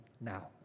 now